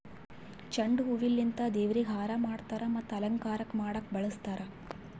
ಚೆಂಡು ಹೂವಿಲಿಂತ್ ದೇವ್ರಿಗ್ ಹಾರಾ ಮಾಡ್ತರ್ ಮತ್ತ್ ಅಲಂಕಾರಕ್ಕ್ ಮಾಡಕ್ಕ್ ಬಳಸ್ತಾರ್